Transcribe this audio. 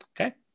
Okay